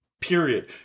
Period